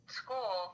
school